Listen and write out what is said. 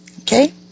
Okay